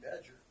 Badger